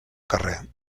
carrer